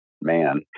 man